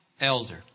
elder